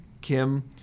Kim